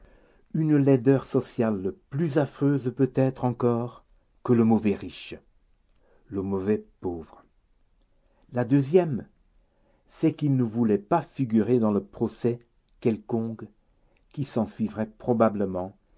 une laideur sociale plus affreuse peut-être encore que le mauvais riche le mauvais pauvre la deuxième c'est qu'il ne voulait pas figurer dans le procès quelconque qui s'ensuivrait probablement